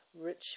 rich